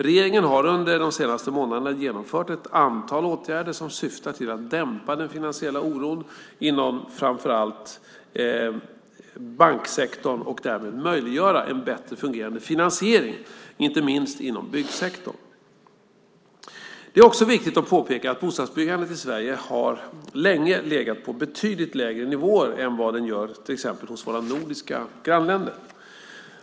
Regeringen har under de senaste månaderna genomfört ett antal åtgärder som syftar till att dämpa den finansiella oron inom framför allt banksektorn och därmed möjliggöra en bättre fungerande finansiering, inte minst inom byggsektorn. Det är också viktigt att påpeka att bostadsbyggandet i Sverige länge har legat på betydligt lägre nivåer än vad det gör hos till exempel våra nordiska grannländer.